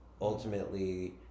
ultimately